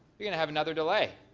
you're going to have another delay.